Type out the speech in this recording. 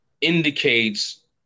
indicates